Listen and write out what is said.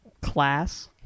Class